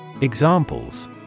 Examples